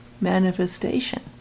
manifestation